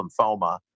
lymphoma